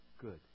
good